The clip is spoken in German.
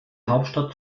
hauptstadt